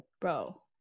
Bro